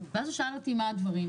ואז הוא שאל אותי מה הדברים,